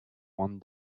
one